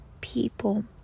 people